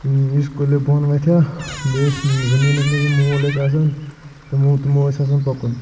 یُس کُلٮ۪و بۄن وۄتھہِ ہا بیٚیہِ ٲسۍ زمیٖنس منٛز یِم موٗل ٲسۍ آسان تِمو تِمو اوس آسان پَکُن